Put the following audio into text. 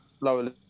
lower